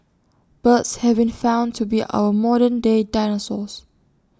birds have been found to be our modern day dinosaurs